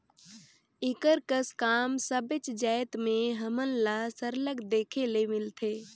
एकर कस काम सबेच जाएत में हमन ल सरलग देखे ले मिलथे